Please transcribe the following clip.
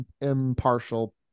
impartial